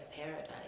paradise